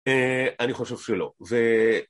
אני חושב שלא ו..